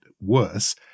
worse